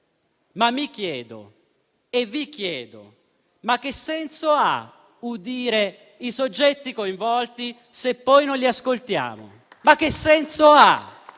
Ma mi chiedo, e vi chiedo, che senso abbia audire i soggetti coinvolti, se poi non li ascoltiamo. Ma che senso ha?